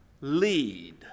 Lead